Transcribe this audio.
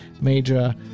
major